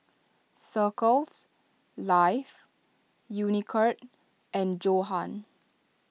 Circles Life Unicurd and Johan